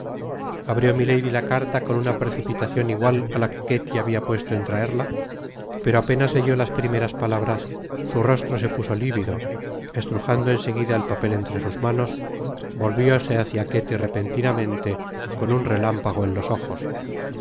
abrió milady la carta con una precipitacion igual á la que ketty habia puesto en traerla pero apenas leyó las primeras palabras su rostro se puso livido estrujando en seguida el papel entre sus manos volvióse hácia ketty repentinamente con un relámpago en los ojos